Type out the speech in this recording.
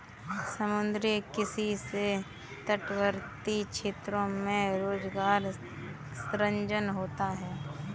समुद्री किसी से तटवर्ती क्षेत्रों में रोजगार सृजन होता है